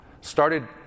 started